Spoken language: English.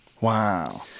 Wow